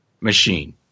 machine